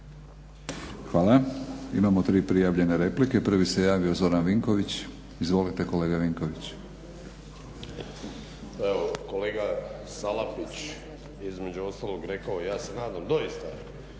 Hvala. Imamo tri prijavljene replike. Prvi se javio Zoran Vinković. Izvolite kolega Vinković. **Vinković, Zoran (HDSSB)** Pa evo kolega Salapić je između ostalog rekao ja se nadam doista